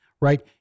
right